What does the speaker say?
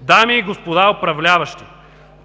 Дами и господа управляващи,